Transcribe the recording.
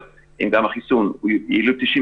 היעילות של החיסון היא 95%,